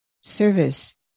service